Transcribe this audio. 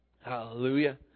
Hallelujah